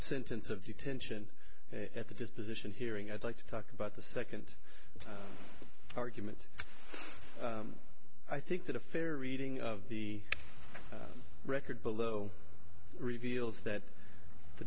sentence of detention at the disposition hearing i'd like to talk about the second argument i think that a fair reading of the record below reveals that the